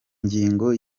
ngingo